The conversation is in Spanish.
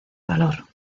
valor